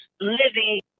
living